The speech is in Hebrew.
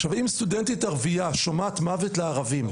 עכשיו אם סטודנטית ערבייה שומעת מוות לערבים,